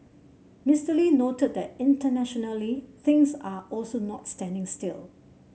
Mister Lee noted that internationally things are also not standing still